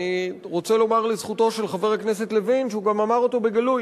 ואני רוצה לומר לזכותו של חבר הכנסת לוין שגם הוא אמר אותו בגלוי,